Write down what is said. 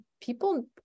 people